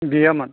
गैयामोन